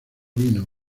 vino